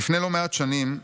"לפני לא מעט שנים,